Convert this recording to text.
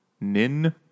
Nin